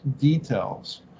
details